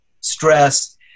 stress